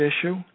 issue